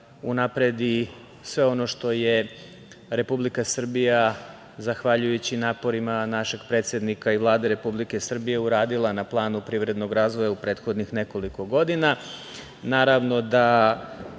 unapredi sve ono što je Republika Srbija, zahvaljujući naporima našeg predsednika i Vlade Republike Srbije, uradila na planu privrednog razvoja u prethodnih nekoliko godina.